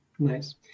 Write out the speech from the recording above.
Nice